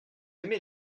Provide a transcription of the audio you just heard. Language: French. aimez